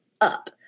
up